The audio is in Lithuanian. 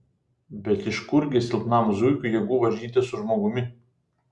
bet iš kurgi silpnam zuikiui jėgų varžytis su žmogumi